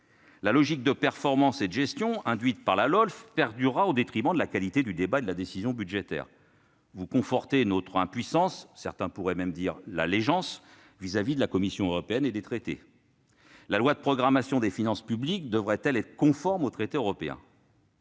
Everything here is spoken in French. La logique de performance et de gestion induite par la LOLF perdurera au détriment de la qualité du débat et de la décision budgétaire. Vous confortez notre impuissance- certains pourraient parler d'allégeance -face à la Commission européenne et aux traités européens. La loi de programmation des finances publiques devrait-elle être conforme aux traités européens ?